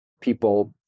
people